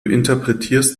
interpretierst